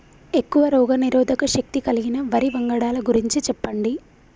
ఎక్కువ రోగనిరోధక శక్తి కలిగిన వరి వంగడాల గురించి చెప్పండి?